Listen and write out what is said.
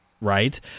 right